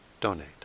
donate